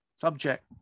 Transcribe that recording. subject